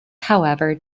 however